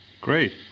Great